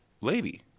Lady